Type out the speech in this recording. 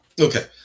Okay